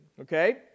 okay